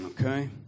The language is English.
Okay